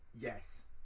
Yes